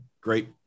great